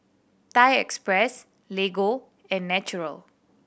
Thai Express Lego and Naturel